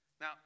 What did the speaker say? Now